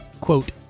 quote